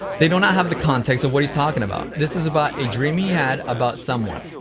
they don't have the context of what he's talking about. this is about a dream he had about someone